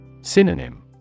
Synonym